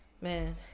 Man